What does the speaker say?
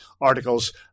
articles